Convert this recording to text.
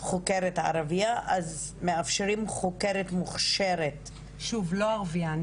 חוקרת ערבייה אז מאפשרים חוקרת מוכשרת --- לא ערבייה.